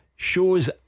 Shows